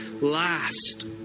last